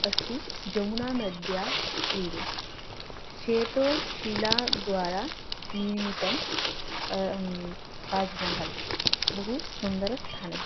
अस्ति यमुनानद्या तीरे श्वेतशिलाद्वारा निर्मितं ताज्महल् बहु सुन्दरस्थानं